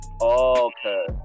okay